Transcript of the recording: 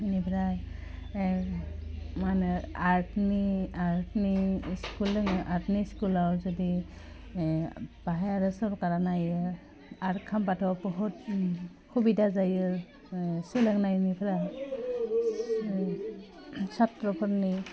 बेनिफ्राय ओह मा होनो आर्टनि आर्टनि स्कुल दङ आर्टनि स्कुलाव जुदि ओह बाहाय आरो सोरकारा नायो आर्ट खालामबाथ' बुहुत हुबिदा जायो ओह सोलोंनायनिफ्राय साथ्र'फोरनि